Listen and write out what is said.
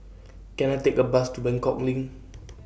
Can I Take A Bus to Buangkok LINK